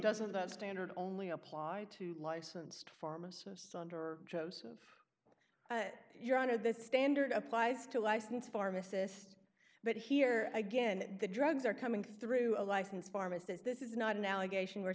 doesn't that standard only apply to licensed pharmacists under joseph your honor this standard applies to license pharmacist but here again the drugs are coming through a licensed pharmacist this is not an allegation where